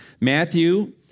Matthew